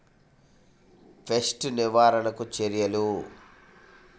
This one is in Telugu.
పెస్ట్ నివారణకు చర్యలు?